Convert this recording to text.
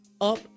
up